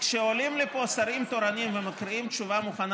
כשעולים לפה שרים תורנים ומקריאים תשובה מוכנה